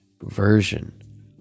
version